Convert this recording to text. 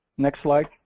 next slide.